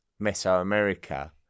Mesoamerica